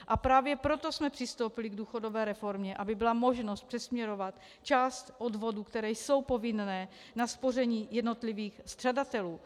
A právě proto jsme přistoupili k důchodové reformě, aby byla možnost přesměrovat část odvodů, které jsou povinné, na spoření jednotlivých střadatelů.